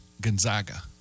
Gonzaga